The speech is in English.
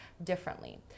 differently